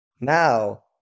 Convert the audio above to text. now